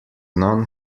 non